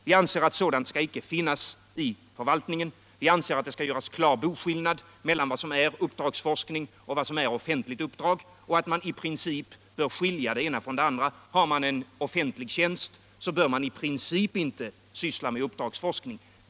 Vi anser att sådant inte skall förekomma inom förvaltningen. Det skall göras klar boskillnad mellan vad som är uppdragsforskning och vad som är offentlig tjänst. I princip bör det ena skiljas från det andra. Den som har en offentlig tjänst bör i princip inte syssla med uppdragsforskning.